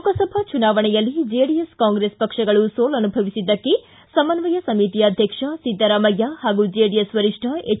ಲೋಕಸಭಾ ಚುನಾವಣೆಯಲ್ಲಿ JDS Congress ಪಕ್ಷಗಳು ಸೋಲನುಭವಿಸಿದಕ್ಕೆ ಸಮನ್ವಯ ಸಮಿತಿ ಅಧ್ಯಕ್ಷ ಿದ್ದರಾಮಯ್ಯ ಹಾಗೂ ಜೆಡಿಎಸ್ ವರಿಷ್ಠ ಎಚ್